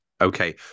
Okay